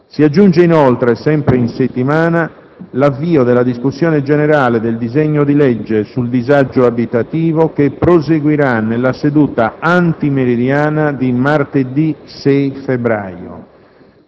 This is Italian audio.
Si aggiunge inoltre, sempre in settimana, l'avvio della discussione generale del disegno di legge sul disagio abitativo, che proseguirà nella seduta antimeridiana di martedì 6 febbraio.